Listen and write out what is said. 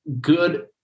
good